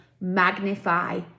magnify